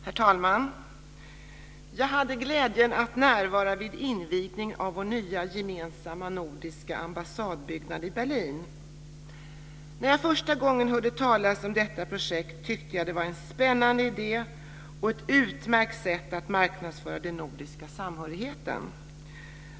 Herr talman! Jag hade glädjen att närvara vid invigningen av vår nya gemensamma nordiska ambassadbyggnad i Berlin. När jag första gången hörde talas om detta projekt tyckte jag att det var en spännande idé och ett utmärkt sätt att marknadsföra den nordiska samhörigheten.